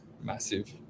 Massive